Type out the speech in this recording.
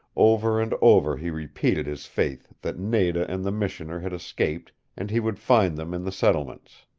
over and over he repeated his faith that nada and the missioner had escaped and he would find them in the settlements.